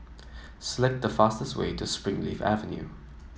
select the fastest way to Springleaf Avenue